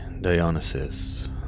Dionysus